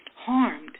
harmed